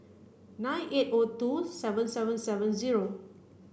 nine eight O two seven seven seven zero